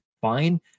fine